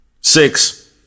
Six